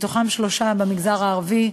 מתוכם שלושה במגזר הערבי,